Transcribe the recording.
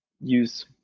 use